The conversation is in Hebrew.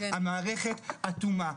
המערכת אטומה.